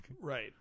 Right